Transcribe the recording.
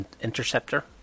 interceptor